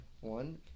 One